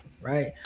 Right